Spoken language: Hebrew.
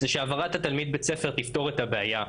זה שהעברת התלמיד בית ספר תפתור את הבעיה.